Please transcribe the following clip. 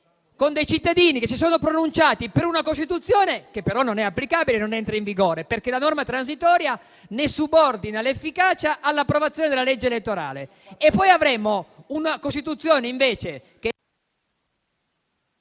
con dei cittadini che si sono pronunciati per una Costituzione che però non è applicabile e non entra in vigore, perché la norma transitoria ne subordina l'efficacia all'approvazione della legge elettorale. Poi avremmo una Costituzione invece che